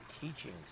teachings